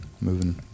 moving